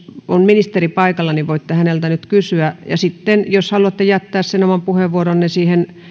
on paikalla ja voitte häneltä nyt kysyä mutta sitten jos haluatte jättää sen oman puheenvuoronne